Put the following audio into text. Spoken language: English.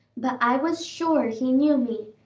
but i was sure he knew me,